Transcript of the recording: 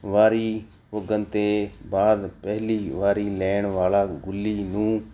ਵਾਰੀ ਪੁਗਨ ਤੋਂ ਬਾਅਦ ਪਹਿਲੀ ਵਾਰੀ ਲੈਣ ਵਾਲਾ ਗੁੱਲੀ ਨੂੰ